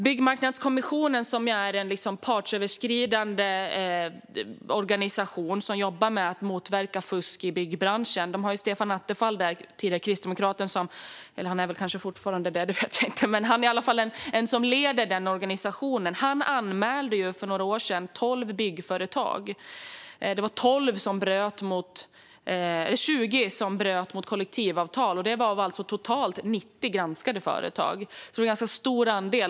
Byggmarknadskommissionen är en partsöverskridande organisation som jobbar med att motverka fusk i byggbranschen. Den tidigare kristdemokraten Stefan Attefall - ja, han är väl kanske fortfarande kristdemokrat - leder denna organisation. Han anmälde för några år sedan 12 byggföretag. Av totalt 90 granskade företag bröt 20 av dem mot kollektivavtalet, vilket är en ganska stor andel.